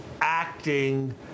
acting